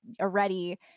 already